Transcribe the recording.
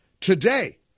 today